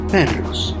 Perros